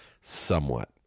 somewhat